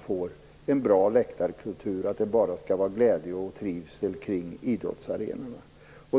få en bra läktarkultur och för att se till att det bara skall vara glädje och trivsel kring idrottsarenorna.